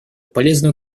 полезную